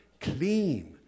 clean